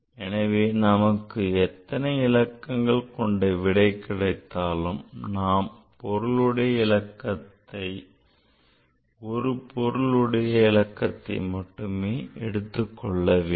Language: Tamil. எனவே நமக்கு எத்தனை இலக்கங்கள் கொண்ட விடை கிடைத்தாலும் நாம் ஒரு பொருளுடைய இலக்கத்தை மட்டுமே எடுத்துக்கொள்ள வேண்டும்